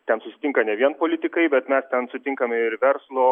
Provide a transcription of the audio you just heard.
ten susitinka ne vien politikai bet mes ten sutinkame ir verslo